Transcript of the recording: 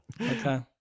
Okay